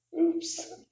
oops